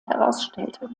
herausstellte